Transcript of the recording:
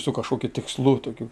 su kažkokiu tikslu tokiu